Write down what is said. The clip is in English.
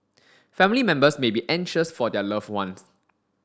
family members may be anxious for their loved ones